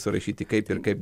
surašyti kaip ir kaip